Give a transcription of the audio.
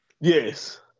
Yes